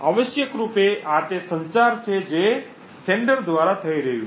આવશ્યકરૂપે આ તે સંચાર છે જે પ્રેષક દ્વારા થઈ રહ્યું છે